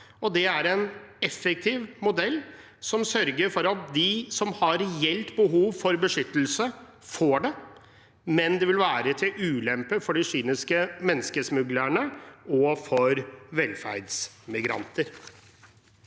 Det er en effektiv modell som sørger for at de som har et reelt behov for beskyttelse, får det, men den vil være til ulempe for de kyniske menneskesmuglerne og for velferdsmigranter.